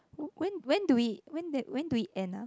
when when do we when that when do we end ah